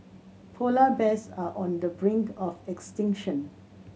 polar bears are on the brink of extinction